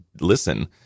listen